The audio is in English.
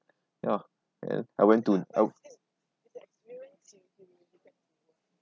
ya and I went to I